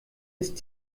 ist